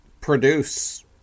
produce